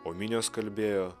o minios kalbėjo